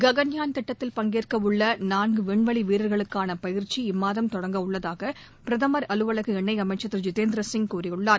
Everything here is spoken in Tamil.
ககன்யான் திட்டத்தில் பங்கேற்கவுள்ள நான்கு விண்வெளி வீரர்களுக்கான பயிற்சி இம்மாதம் தொடங்க உள்ளதாக பிரதமர் அலுவலக இணை அமைச்சர் திரு ஜிதேந்திரசிங் கூறியுள்ளார்